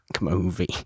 movie